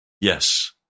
Yes